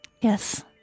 Yes